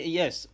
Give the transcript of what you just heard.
yes